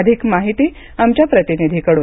अधिक माहिती आमच्या प्रतिनिधी कडून